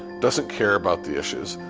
doesn't care about the issues,